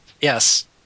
Yes